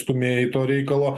stūmėjai to reikalo